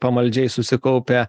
pamaldžiai susikaupę